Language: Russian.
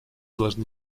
должны